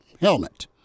helmet